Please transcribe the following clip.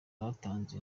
batanze